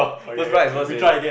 first prize is worse already